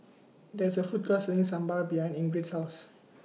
There IS A Food Court Selling Sambar behind Ingrid's House